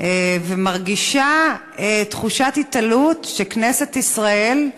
ומרגישה תחושת התעלות, שכנסת ישראל,